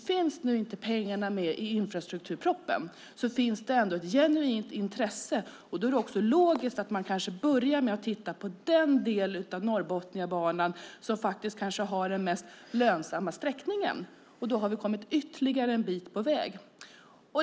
Finns nu inte pengarna med i infrastrukturpropositionen finns det ändå ett genuint intresse, och då är det också logiskt att man börjar med att titta på den del av Norrbotniabanan som kanske har den mest lönsamma sträckningen, och då har vi kommit ytterligare en bit på väg.